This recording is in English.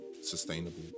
Sustainable